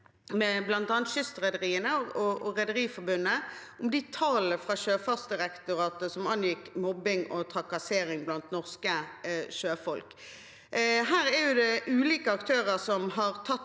med bl.a. kystrederiene og Rederiforbundet om de tallene fra Sjøfartsdirektoratet som angikk mobbing og trakassering blant norske sjøfolk. Her har ulike aktører tatt